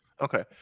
Okay